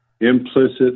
implicit